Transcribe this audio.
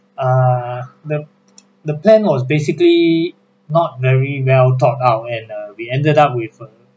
err the the plan was basically not very well thought out and uh we ended up with a